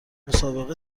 مسابقه